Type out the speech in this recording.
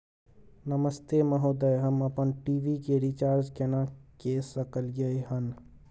नमस्ते महोदय, हम अपन टी.वी के रिचार्ज केना के सकलियै हन?